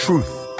Truth